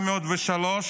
1903,